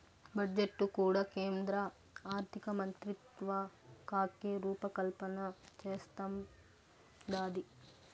budget కూడా కేంద్ర ఆర్థికమంత్రిత్వకాకే రూపకల్పన చేస్తందాది